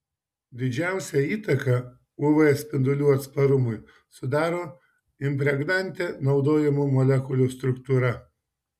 didžiausią įtaką uv spindulių atsparumui sudaro impregnante naudojamų molekulių struktūra